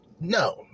no